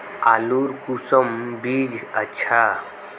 आलूर कुंसम बीज अच्छा?